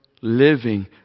living